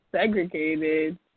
segregated